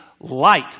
light